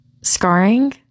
scarring